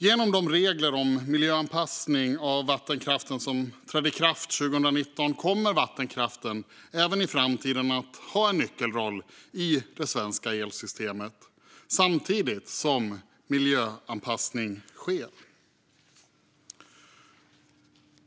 Genom de regler om miljöanpassning av vattenkraften som trädde i kraft 2019 kommer vattenkraften även i framtiden att ha en nyckelroll i det svenska elsystemet, samtidigt som miljöanpassning sker.